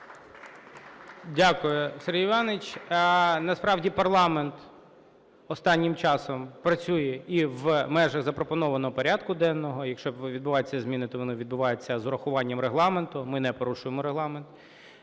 Дякую, Сергій Іванович. Насправді, парламент останнім часом працює і в межах запропонованого порядку денного, якщо відбуваються зміни, то вони відбуваються з урахуванням Регламенту, ми не порушуємо Регламент.